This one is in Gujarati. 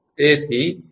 તેથી જો તમારો 𝑑 0